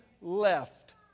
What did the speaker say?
left